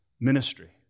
ministry